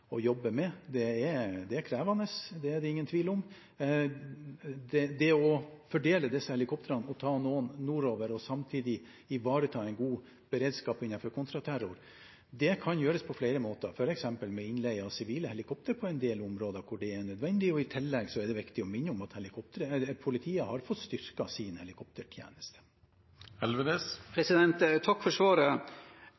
jobbe med. Det er krevende, det er det ingen tvil om. Det å fordele disse helikoptrene og ta noen nordover og samtidig ivareta en god beredskap innenfor kontraterror kan gjøres på flere måter, f.eks. ved innleie av sivile helikoptre på en del områder hvor det er nødvendig. I tillegg er det viktig å minne om at politiet har fått styrket sin helikoptertjeneste.